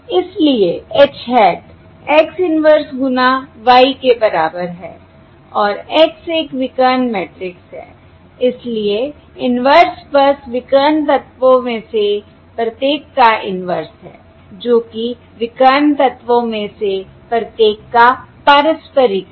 इसलिए H hat X inverse गुना Y के बराबर है और X एक विकर्ण मैट्रिक्स है इसलिए इन्वर्स बस विकर्ण तत्वों में से प्रत्येक का इन्वर्स है जो कि विकर्ण तत्वों में से प्रत्येक का पारस्परिक है